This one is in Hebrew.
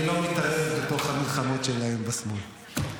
אני לא מתערב בתוך המלחמות שלהם בשמאל.